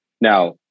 Now